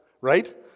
right